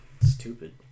Stupid